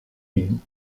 been